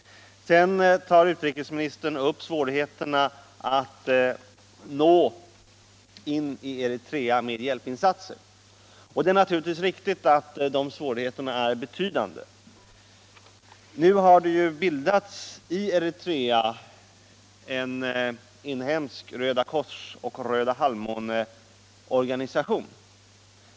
Sedan tar utrikesministern upp svårigheterna att nå in i Eritrea med hjälpinsatser, och det är naturligtvis riktigt att de svårigheterna är betydande. Nu har det ju i Eritrea bildats en inhemsk Rödakorsoch Rödahalvmåneorganisation.